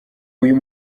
uyu